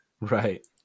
Right